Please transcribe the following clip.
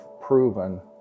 proven